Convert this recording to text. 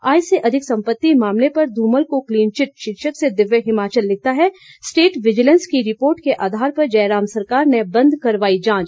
आय से अधिक संपति मामले पर धूमल को क्लीनचिट शीर्षक से दिव्य हिमाचल लिखता है स्टेट विजिलेंस की रिपोर्ट के आधार पर जयराम सरकार ने बंद करवाई जांच